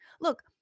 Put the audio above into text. Look